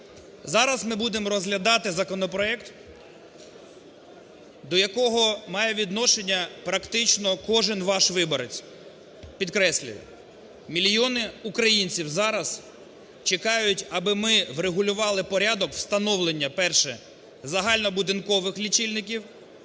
Зараз ми будемо розглядати законопроект, до якого має відношення, практично, кожен ваш виборець. Підкреслюю: мільйони українців зараз чекають, аби ми врегулювати порядок встановлення, перше – загальнобудинкових лічильників,